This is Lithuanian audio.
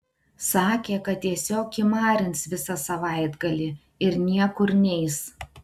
sakė kad tiesiog kimarins visą savaitgalį ir niekur neis